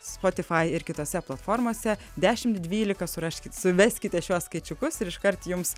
spotify ir kitose platformose dešimt dvylika suraškit suveskite šiuos skaičiukus ir iškart jums